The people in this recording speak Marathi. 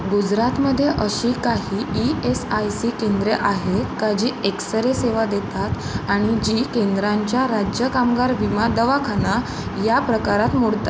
गुजरातमध्ये अशी काही ई एस आय सी केंद्रे आहेत का जी एक्स रे सेवा देतात आणि जी केंद्रांच्या राज्य कामगार विमा दवाखाना या प्रकारात मोडतात